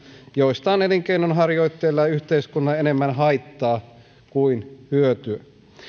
joista on elinkeinonharjoittajille ja yhteiskunnalle enemmän haittaa kuin hyötyä